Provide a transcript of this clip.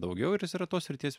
daugiau ir jis yra tos srities